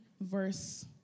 verse